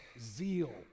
zeal